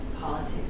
politics